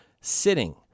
sitting